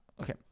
Okay